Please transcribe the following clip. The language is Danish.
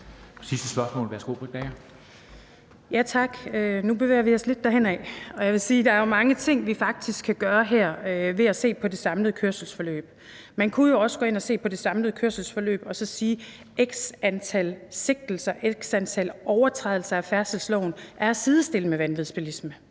Sidste spørgsmål. Værsgo, Britt Bager. Kl. 13:06 Britt Bager (KF): Nu bevæger vi os lidt derhenad. Og jeg vil sige, at der er mange ting, vi faktisk kan gøre her ved at se på det samlede kørselsforløb. Man kunne jo også gå ind at se på det samlede kørselsforløb og så sige, at x antal sigtelser eller x antal overtrædelser af færdselsloven er at sidestille med vanvidsbilisme.